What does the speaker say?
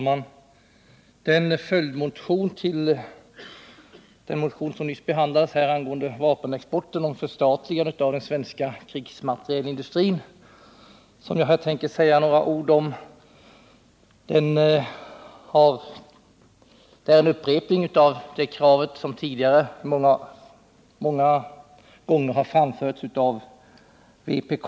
Herr talman! Jag tänker säga några ord om vår motion beträffande förstatligande av den svenska krigsmaterielindustrin — en följdmotion till den motion om vapenexport som nyss behandlats. Den nu aktuella motionen innebär en upprepning av krav som tidigare många gånger har framförts av vpk.